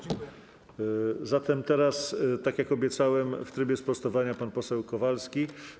Zatem teraz, tak jak obiecałem, w trybie sprostowania pan poseł Kowalski.